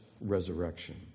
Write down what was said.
resurrection